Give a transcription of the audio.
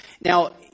Now